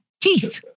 teeth